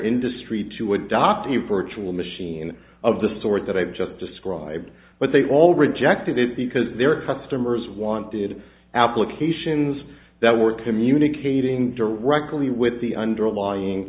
industry to adopt a new virtual machine of the sort that i've just described but they all rejected it because their customers wanted applications that were communicating directly with the underlying